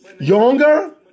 younger